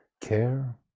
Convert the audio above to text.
care